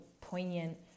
poignant